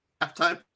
halftime